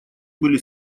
были